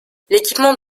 l’équipement